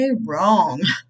wrong